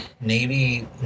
navy